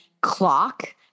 clock